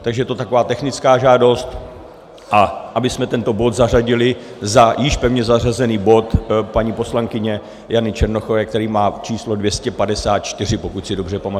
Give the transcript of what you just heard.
Takže je to taková technická žádost, abychom tento bod zařadili za již pevně zařazený bod paní poslankyně Jany Černochové, který má číslo 254, pokud si dobře pamatuji.